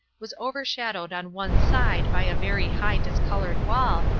was overshadowed on one side by a very high discoloured wall,